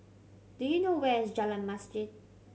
do you know where is Jalan Masjid